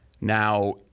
Now